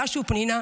שוב, תודה, פנינה.